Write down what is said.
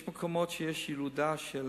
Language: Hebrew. יש מקומות שיש בהם ילודה של